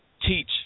teach